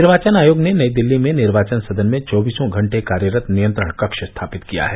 निर्वाचन आयोग ने नई दिल्ली में निर्वाचन सदन में चौबीसों घंटे कार्यरत नियंत्रण कक्ष स्थापित किया है